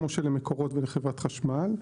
כמו של מקורות ולחברת חשמל.